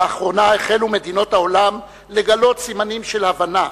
לאחרונה החלו מדינות העולם לגלות סימנים של הבנה,